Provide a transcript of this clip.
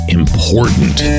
important